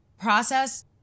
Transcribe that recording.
process